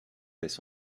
laisse